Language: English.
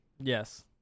yes